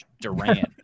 Durant